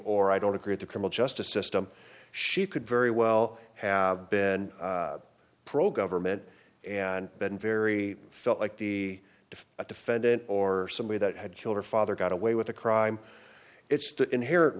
or i don't agree at the criminal justice system she could very well have been pro government and been very felt like the if a defendant or somebody that had killed her father got away with the crime it's the inher